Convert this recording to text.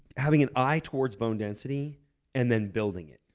having an eye towards bone density and then building it.